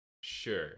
Sure